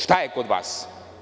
Šta je kod vas?